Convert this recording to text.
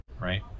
Right